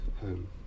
home